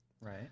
Right